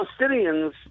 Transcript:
Palestinians